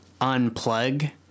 unplug